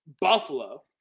Buffalo